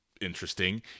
interesting